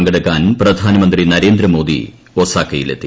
പങ്കെടുക്കാൻ പ്രധാനമന്ത്രി നരേന്ദ്രമോദി ഒസാക്കയിലെത്തി